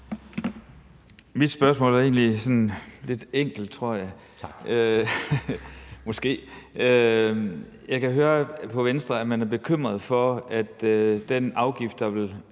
Mit spørgsmål var egentlig sådan lidt enkelt, tror jeg. Måske. Jeg kan høre på Venstre, at man er bekymret over, at den afgift, der vil blive